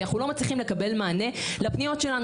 כי אנחנו לא מצליחים לקבל מענה לפניות שלנו.